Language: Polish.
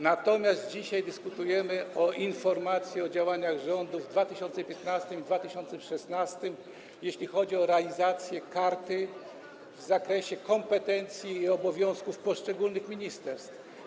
Natomiast dzisiaj dyskutujemy o informacji o działaniach rządu w 2015 r. i 2016 r., jeśli chodzi o realizację karty w zakresie kompetencji i obowiązków poszczególnych ministerstw.